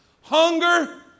hunger